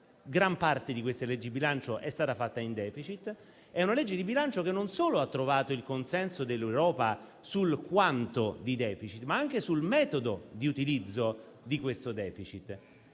Gran parte di questa legge di bilancio è stata fatta in *deficit*, ma è una legge di bilancio che non solo ha trovato il consenso dell'Europa sul quanto di *deficit*, ma anche sul metodo di utilizzo di questo *deficit*